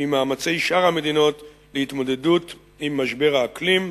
ועם מאמצי שאר המדינות להתמודדות עם משבר האקלים.